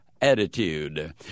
attitude